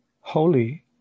holy